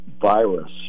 virus